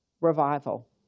revival